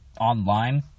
online